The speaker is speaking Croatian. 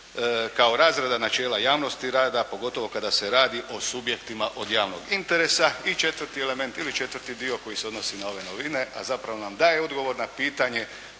kao razrada načela javnosti rada, a pogotovo kada se radi o subjektima od javnog interesa i četvrti element ili četvrti dio koji se odnosi na ove novine, a zapravo nam daje odgovor na pitanje